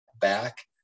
back